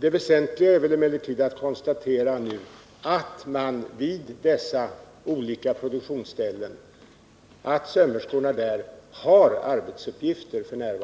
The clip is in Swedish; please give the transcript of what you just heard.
Det väsentliga i sammanhanget är emellertid att konstatera att sömmerskorna vid dessa olika produktionsställen har arbetsuppgifter f.n.